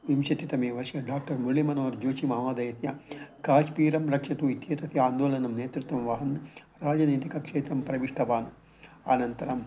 विंशतितमे वर्षे डाक्टर् मुरुळिमनोहर् जोषि महोदयस्य काश्मीरं रक्षतु इति एतस्य आन्दोलनं नेतृत्वं वहन् राजनैतिकक्षेत्रं प्रविष्टवान् अनन्तरं